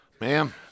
Ma'am